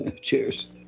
Cheers